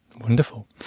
Wonderful